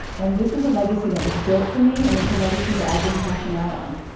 and this is a legacy that was built for me, and it's a legacy that i've been cashing out on.